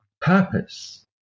purpose